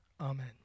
Amen